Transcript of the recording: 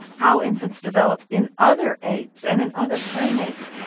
how infants develop in other apes and in other primates.